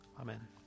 amen